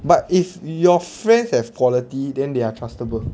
but if your friends have quality then they are trustable